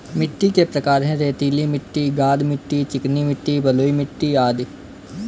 मिट्टी के प्रकार हैं, रेतीली मिट्टी, गाद मिट्टी, चिकनी मिट्टी, बलुई मिट्टी अदि